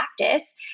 practice